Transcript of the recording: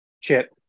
chip